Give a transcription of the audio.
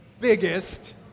biggest